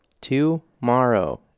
Tomorrow